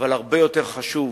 אבל הרבה יותר חשוב,